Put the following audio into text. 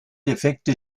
defekte